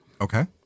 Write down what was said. Okay